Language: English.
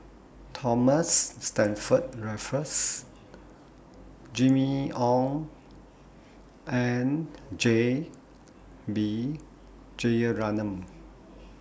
Thomas Stamford Raffles Jimmy Ong and J B Jeyaretnam